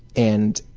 and